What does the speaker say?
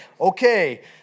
Okay